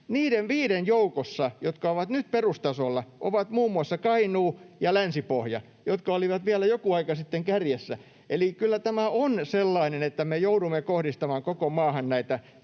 niiden viiden joukossa, jotka ovat nyt perustasolla, ovat muun muassa Kainuu ja Länsi-Pohja, jotka olivat vielä jokin aika sitten kärjessä. Eli kyllä tämä on sellainen, että me joudumme kohdistamaan koko maahan näitä